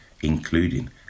including